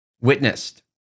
witnessed